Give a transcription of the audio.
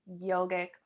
yogic